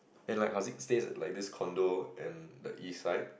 then like Harzik's stays like this condo and the east side